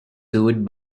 sued